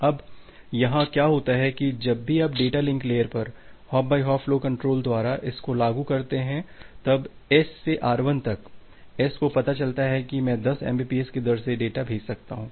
अब यहाँ क्या होता है कि जब भी आप डेटा लिंक लेयर पर hop by hop flow control द्वारा इस को लागू करते हैं तब S से R1 तक S को पता चलता है कि मैं 10 mbps की दर से डेटा भेज सकता हूँ